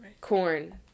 Corn